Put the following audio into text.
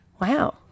Wow